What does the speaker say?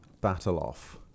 battle-off